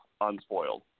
unspoiled